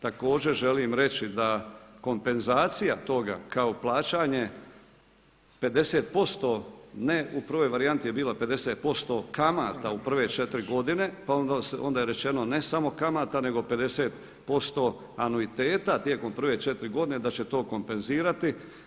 Također želim reći da kompenzacija toga kao plaćanje 50%, ne u prvoj varijanti je bila 50% kamata u prve 4 godine, pa onda je rečeno ne samo kamata nego 50% anuiteta tijekom prve četiri godine da će to kompenzirati.